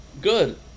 Good